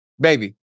Baby